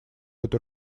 эту